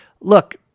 Look